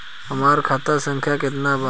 हमार खाता संख्या केतना बा?